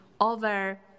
over